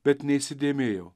bet neįsidėmėjau